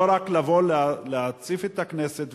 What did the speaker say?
לא רק לבוא ולהציף את הכנסת,